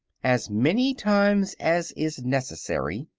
as many times as is necessary,